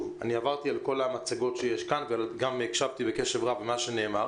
עברתי על כל המצגות כאן וגם הקשבתי קשב רב למה שנאמר.